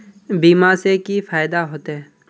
बीमा से की फायदा होते?